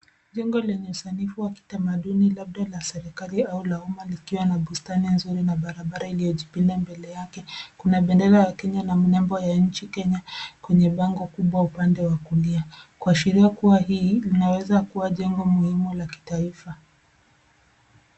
Jengo lenye usanifu wa kitamaduni labda la serikali au la umma likiwa na bustani nzuri na barabara iliyojipinda mbele yake . Kuna bendera ya Kenya na mnembo ya nchi Kenya kwenye bango kubwa upande wa kulia. Kuashiria kuwa hii inaweza kuwa jengo muhimu la kitaifa.